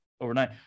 overnight